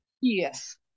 Yes